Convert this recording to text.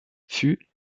fut